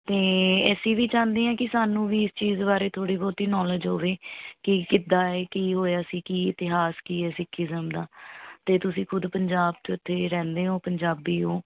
ਅਤੇ ਅਸੀਂ ਵੀ ਚਾਹੁੰਦੇ ਹੈ ਕਿ ਸਾਨੂੰ ਵੀ ਇਸ ਚੀਜ਼ ਬਾਰੇ ਥੋੜ੍ਹੀ ਬਹੁਤੀ ਨੋਲਜ਼ ਹੋਵੇ ਕਿ ਕਿੱਦਾਂ ਏ ਕੀ ਹੋਇਆ ਸੀ ਕੀ ਇਤਿਹਾਸ ਕੀ ਹੈ ਸਿੱਖੀਜ਼ਮ ਦਾ ਅਤੇ ਤੁਸੀਂ ਖੁਦ ਪੰਜਾਬ ਰਹਿੰਦੇ ਹੋ ਪੰਜਾਬੀ ਹੋ